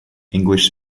english